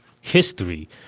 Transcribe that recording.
history